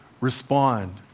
respond